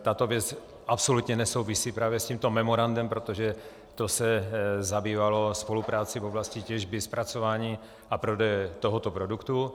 Tato věc absolutně nesouvisí právě s tímto memorandem, protože to se zabývalo spoluprací v oblasti těžby, zpracování a prodeje tohoto produktu.